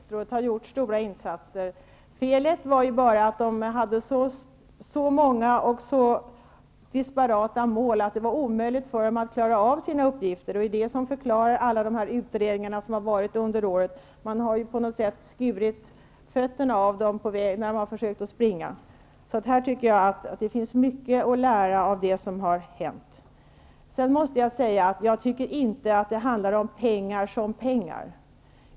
Herr talman! Jag tror säkert, Maja Bäckström, att Turistrådet har gjort stora insatser. Felet var ju bara att man hade så många och så disparata mål att det var omöjligt att klara av uppgifterna. Det är det som förklarar alla de utredningar som har tillsatts under åren. Man har ju på något sätt skurit fötterna av dem när de har försökt springa. Jag menar därför att det finns mycket att lära av det som har hänt. Jag tycker inte att man kan tala om ''pengar som pengar''.